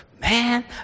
Man